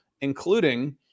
including